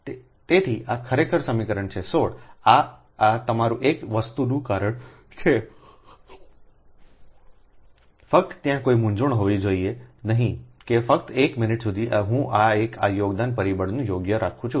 તેથી આ ખરેખર સમીકરણ છે 16 આ આ તમારા 1 વસ્તુનું કારણ છે ફક્ત ત્યાં કોઈ મૂંઝવણ હોવી જોઈએ નહીં કે ફક્ત એક મિનિટ સુધી હું આ એક આ યોગદાન પરિબળને યોગ્ય રાખું છું